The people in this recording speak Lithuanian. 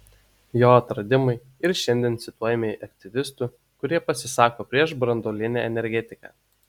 jo atradimai ir šiandien cituojami aktyvistų kurie pasisako prieš branduolinę energetiką